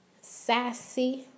sassy